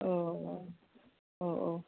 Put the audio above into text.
औ औ औ औ